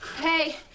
Hey